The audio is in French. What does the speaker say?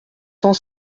cent